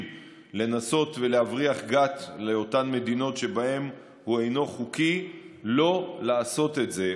לנסות להבריח גת לאותן מדינות שבהן הוא אינו חוקי לא לעשות את זה.